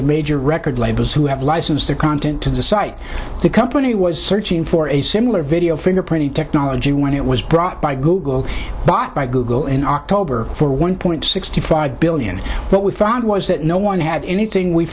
the major record labels who have licensed the content to the site the company was searching for a similar video fingerprinting technology when it was brought by google but by google in october for one point sixty five billion what we found was that no one had anything we